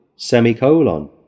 Semicolon